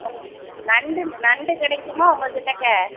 ஆ நண்டு நண்டு கிடைக்குமா உங்கள் கிட்டக்க